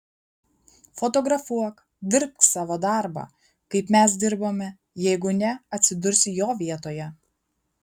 fotografuok dirbk savo darbą kaip mes dirbame jeigu ne atsidursi jo vietoje